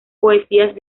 poesías